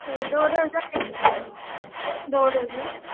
تو دو درجن لینے ہیں دو درجن